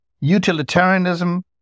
Utilitarianism